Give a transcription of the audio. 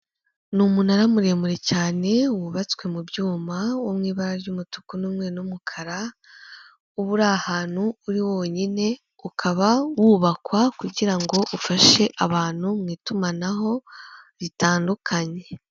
Ni umunara muremure cyane, wubatswe mu byuma, wo mu ibara ry'umutuku n'umweru n'umukara, uba uri ahantu uri wonyine, ukaba wubakwa kugira ngo ufashe abantu mu itumanaho ritandukanye